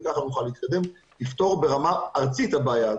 וככה נוכל להתקדם ולפתור ברמה ארצית את הבעיה הזאת.